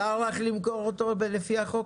מותר לך למכור לו לפי החוק?